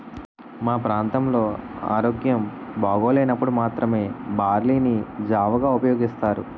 మా ప్రాంతంలో ఆరోగ్యం బాగోలేనప్పుడు మాత్రమే బార్లీ ని జావగా ఉపయోగిస్తారు